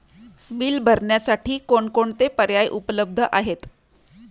Bill भरण्यासाठी कोणकोणते पर्याय उपलब्ध आहेत?